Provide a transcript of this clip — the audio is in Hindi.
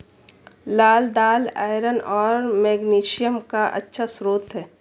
लाल दालआयरन और मैग्नीशियम का अच्छा स्रोत है